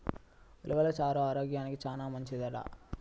ఉలవలు చారు ఆరోగ్యానికి చానా మంచిదంట